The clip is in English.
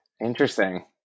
Interesting